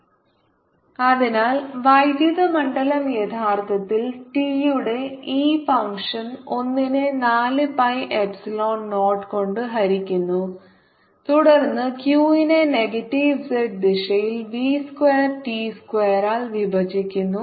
drtdtvrtvtcAt to rt0c0So rtvt അതിനാൽ വൈദ്യുത മണ്ഡലം യഥാർത്ഥത്തിൽ t യുടെ E ഫംഗ്ഷൻ 1 നെ 4 pi എപ്സിലോൺ നോട്ട് കൊണ്ട് ഹരിക്കുന്നു തുടർന്ന് q നെ നെഗറ്റീവ് z ദിശയിൽ v സ്ക്വയർ ടി സ്ക്വയറാൽ വിഭജിക്കുന്നു